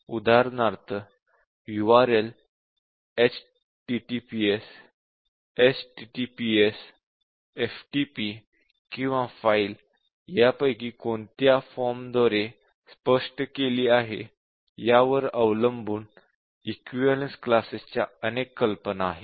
उदाहरणार्थ URL http https ftp किंवा file यापैकी कोणत्या फॉर्म द्वारे स्पष्ट केले आहे यावर अवलंबून इक्विवलेन्स क्लासेस च्या अनेक कल्पना आहेत